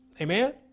Amen